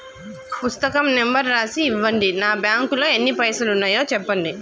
పుస్తకం నెంబరు రాసి ఇవ్వండి? నా బ్యాంకు లో ఎన్ని పైసలు ఉన్నాయో చెప్పండి?